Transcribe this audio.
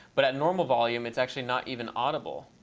but at normal volume it's actually not even audible.